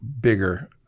bigger